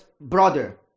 brother